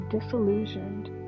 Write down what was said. disillusioned